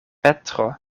petro